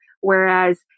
Whereas